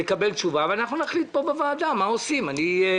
אנחנו לא נעבוד יותר בעניין הזה.